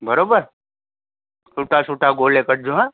बरोबरु सुठा सुठा ॻोल्हे कढिजो हा